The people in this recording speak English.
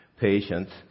patients